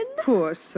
Poor